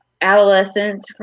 adolescents